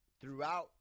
Throughout